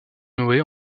noé